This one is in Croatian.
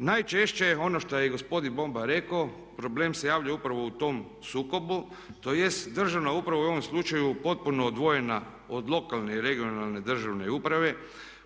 Najčešće je ono što je gospodin Boban rekao problem se javlja upravo u tom sukobu, tj. državna uprava je u ovom slučaju potpuno odvojena od lokalne i regionalne državne uprave.